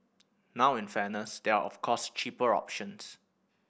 now in fairness there are of course cheaper options